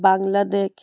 Bangladesh